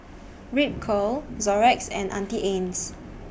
Ripcurl Xorex and Auntie Anne's